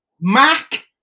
Mac